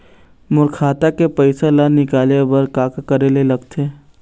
मोर खाता के पैसा ला निकाले बर का का करे ले लगथे?